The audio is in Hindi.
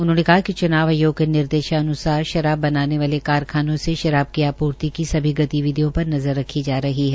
उन्होंने कहा कि च्नाव आयोग के निर्देशान्सार शराब बनाने वाले कारखानों से शराब की आपूर्ति की सभी गतिविधियों पर नज़र रखी जा रही है